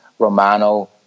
Romano